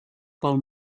pel